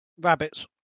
Rabbits